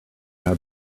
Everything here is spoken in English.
how